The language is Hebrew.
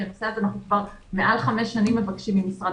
כי אנחנו כבר מעל חמש שנים מבקשים ממשרד